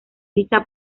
dicha